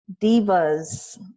divas